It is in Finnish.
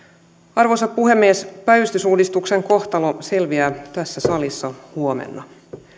arvoisa puhemies päivystysuudistuksen kohtalo selviää tässä salissa huomenna